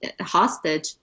hostage